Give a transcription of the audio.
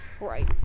Right